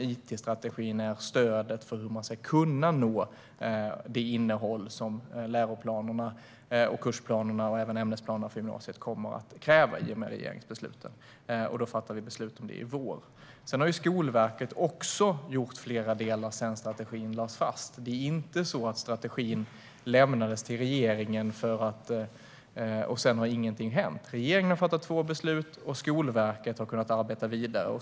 It-strategin är stödet för hur man ska kunna nå det innehåll som läroplanerna, kursplanerna och - för gymnasiet - ämnesplanerna kommer att kräva, i och med regeringens beslut. Vi kommer att fatta beslut om detta i vår. Skolverket har också gjort flera saker sedan strategin lades fast. Det är inte så att ingenting har hänt sedan strategin lämnades till regeringen. Regeringen har fattat två beslut, och Skolverket har kunnat arbeta vidare.